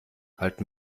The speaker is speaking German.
halten